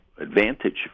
advantage